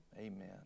Amen